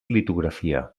litografia